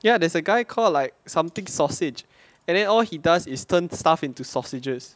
ya there's a guy called like something sausage and then all he does is turn stuff into sausages